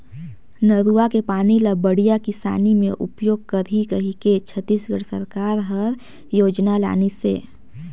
नरूवा के पानी ल बड़िया किसानी मे उपयोग करही कहिके छत्तीसगढ़ सरकार हर योजना लानिसे